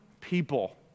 people